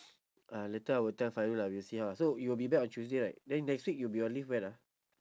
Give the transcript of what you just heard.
uh later I will tell fairul lah we'll see how ah so you will be back on tuesday right then next week you'll be on leave when ah